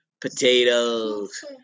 Potatoes